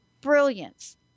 brilliance